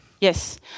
Yes